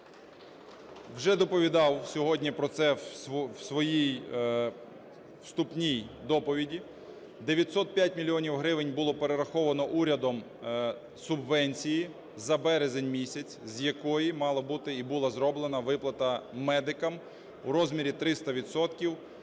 Вже доповідав сьогодні про це в своїй вступній доповіді. 905 мільйонів гривень було перераховано урядом субвенції за березень місяць, з якої мала бути і була зроблена виплата медикам у розмірі 300